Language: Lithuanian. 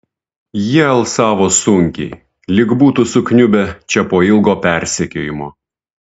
jie alsavo sunkiai lyg būtų sukniubę čia po ilgo persekiojimo